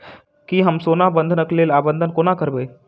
की हम सोना बंधन कऽ लेल आवेदन कोना करबै?